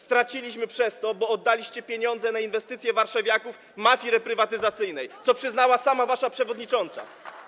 Straciliśmy przez to, bo oddaliście pieniądze na inwestycje warszawiaków mafii reprywatyzacyjnej, co przyznała sama wasza przewodnicząca.